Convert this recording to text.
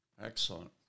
Excellent